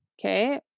okay